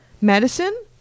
Medicine